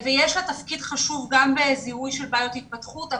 יש לה תפקיד חשוב בזיהוי בעיות התפתחות,